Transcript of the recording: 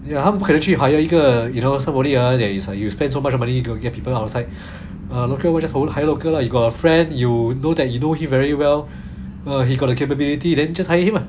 ya 他们不可能去 hire 一个 you know somebody you see ah that is you spend so much money you get people outside ah local one just go hire local lah you got a friend you know that you know he very well uh he got the capability then just hire him